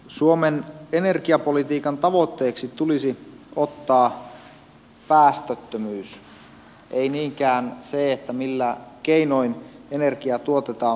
suomen energiapolitiikan tavoitteeksi tulisi ottaa päästöttömyys ei niinkään sitä millä keinoin energiaa tuotetaan